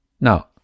Now